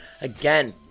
again